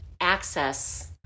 access